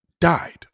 Died